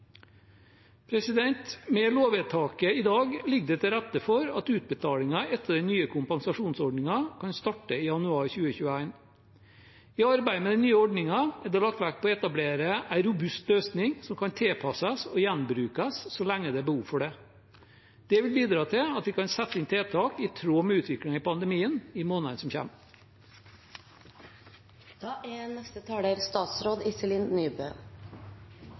Med lovvedtaket i dag ligger det til rette for at utbetalinger etter den nye kompensasjonsordningen kan starte i januar 2021. I arbeidet med den nye ordningen er det lagt vekt på å etablere en robust løsning som kan tilpasses og gjenbrukes så lenge det er behov for det. Det vil bidra til at vi kan sette inn tiltak i tråd med utviklingen av pandemien i månedene som